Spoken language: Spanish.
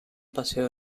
paseo